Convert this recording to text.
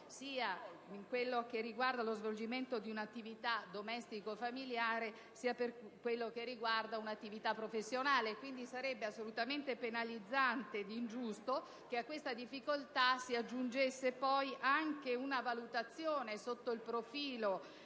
ruolo, quello che riguarda l'attività domestico-familiare e quello che riguarda l'attività professionale. Quindi, sarebbe assolutamente penalizzante ed ingiusto che a questa difficoltà si aggiungesse poi anche una valutazione sotto il profilo